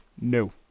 No